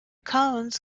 cones